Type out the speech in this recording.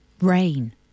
rain